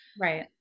Right